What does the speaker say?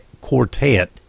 Quartet